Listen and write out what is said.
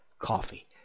coffee